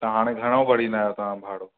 त हाणे घणो भरिंदा आहियो तव्हां भाड़ो